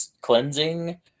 cleansing